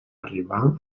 arribar